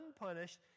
unpunished